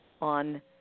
on